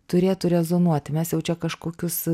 turėtų rezonuoti mes jau čia kažkokius